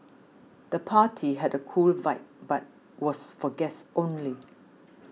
the party had a cool vibe but was for guests only